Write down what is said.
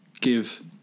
Give